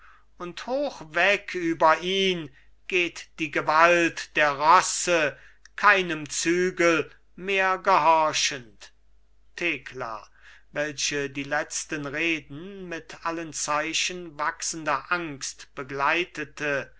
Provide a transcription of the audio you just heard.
und hoch weg über ihn geht die gewalt der rosse keinem zügel mehr gehorchend thekla welche die letzten reden mit allen zeichen wachsender angst begleitet